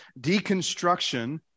deconstruction